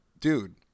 dude